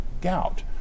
gout